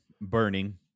burning